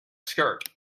skirt